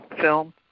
film